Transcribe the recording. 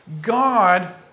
God